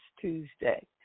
Tuesday